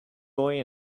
boy